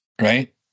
right